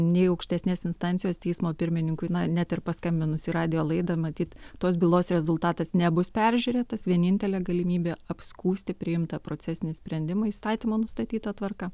nei aukštesnės instancijos teismo pirmininkui net ir paskambinus į radijo laidą matyt tos bylos rezultatas nebus peržiūrėtas vienintelė galimybė apskųsti priimtą procesinį sprendimą įstatymo nustatyta tvarka